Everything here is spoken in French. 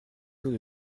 taux